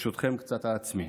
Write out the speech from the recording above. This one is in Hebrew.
ברשותכם, קצת על עצמי.